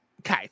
Okay